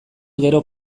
gero